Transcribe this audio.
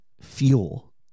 fuel